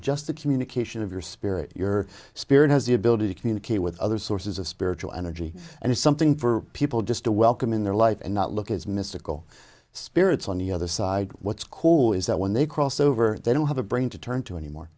just the communication of your spirit your spirit has the ability to communicate with other sources of spiritual energy and it's something for people just to welcome in their life and not look as mystical spirits on the other side what's cool is that when they cross over they don't have a brain to turn to anymore